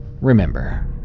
Remember